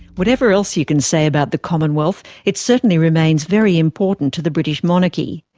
whatever else you can say about the commonwealth, it certainly remains very important to the british monarchy.